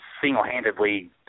single-handedly